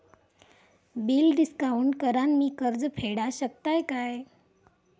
Bill discount करान मी कर्ज फेडा शकताय काय?